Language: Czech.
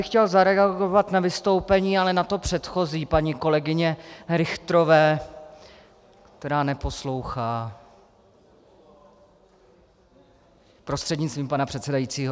Chtěl bych zareagovat na vystoupení, ale na to předchozí, paní kolegyně Richterové, která neposlouchá, prostřednictvím pana předsedajícího.